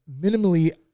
minimally